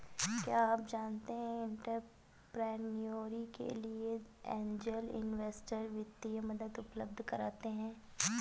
क्या आप जानते है एंटरप्रेन्योर के लिए ऐंजल इन्वेस्टर वित्तीय मदद उपलब्ध कराते हैं?